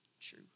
true